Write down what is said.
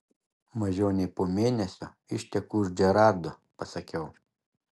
mažiau nei po mėnesio išteku už džerardo pasakiau